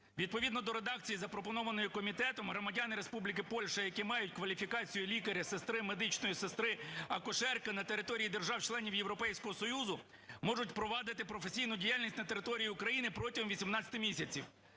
Відповідно до редакції, запропонованої комітетом, громадяни Республіки Польща, які мають кваліфікацію лікаря, сестри, медичної сестри, акушерки на території держав-членів Європейського Союзу, можуть провадити професійну діяльність на території України протягом 18 місяців.